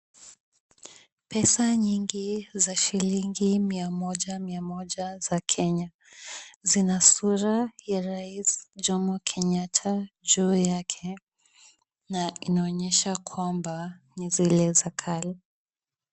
Pesa nyingi za shilingi mia moja mia moja za Kenya. Zina sura ya rais Jomo Kenyatta juu yake na inaonyesha kwamba ni zile za kale.